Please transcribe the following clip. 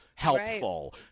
helpful